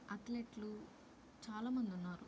అథ్లెట్లు చాలా మంది ఉన్నారు